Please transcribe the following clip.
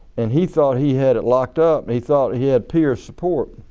and he thought he had it locked up he thought he had pierre's support.